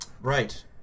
Right